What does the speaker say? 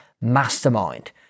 Mastermind